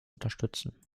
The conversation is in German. unterstützen